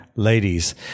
Ladies